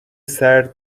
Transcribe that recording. سرد